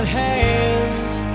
hands